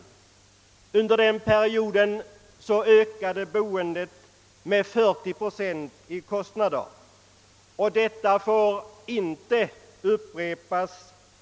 Under den perioden ökade hyreskostnaderna med 40 procent och det får inte upprepas.